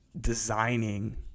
designing